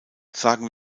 sagen